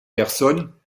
personnes